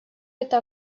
это